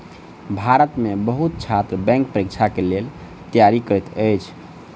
भारत में बहुत छात्र बैंक परीक्षा के लेल तैयारी करैत अछि